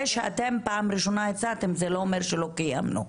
זה שאתם פעם ראשונה הצעתם זה לא אומר שלא קיימנו.